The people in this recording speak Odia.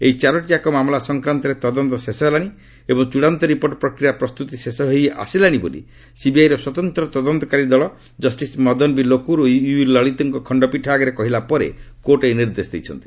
ଏହି ଚାରୋଟି ଯାକ ମାମଲା ସଂକ୍ରାନ୍ତରେ ତଦନ୍ତ ଶେଷ ହେଲାଣି ଏବଂ ଚୃଡ଼ାନ୍ତ ରିପୋର୍ଟ ପ୍ରକ୍ରିୟା ପ୍ରସ୍ତୁତି ଶେଷ ହୋଇ ଆସିଲାଣି ବୋଲି ସିବିଆଇ ର ସ୍ୱତନ୍ତ୍ର ତଦନ୍ତକାରୀ ଦଳ ଜଷ୍ଟିସ୍ ମଦନ ବି ଲୋକୁର ଓ ୟୁୟୁ ଲଳିତଙ୍କ ଖଣ୍ଡପୀଠ ଆଗରେ କହିଲା ପରେ କୋର୍ଟ ଏହି ନିର୍ଦ୍ଦେଶ ଦେଇଛନ୍ତି